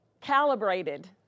calibrated